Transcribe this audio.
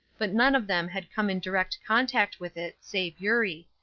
but none of them had come in direct contact with it, save eurie,